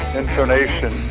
intonation